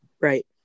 Right